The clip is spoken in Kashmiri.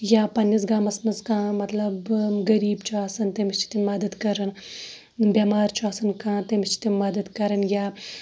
یا پَننِس گامَس مَنٛز کانٛہہ مَطلَب غریب چھُ آسان تٔمِس چھِ تِم مَدَد کَران بیٚمار چھُ آسان کانٛہہ تٔمِس چھِ تِم مَدَد کَران یا